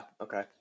okay